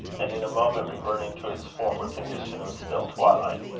and in a moment reverting to its former condition of still twilight.